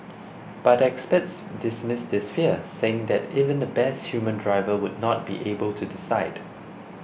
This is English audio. but experts dismiss this fear saying that even the best human driver would not be able to decide